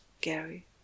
Gary